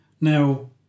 Now